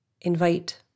invite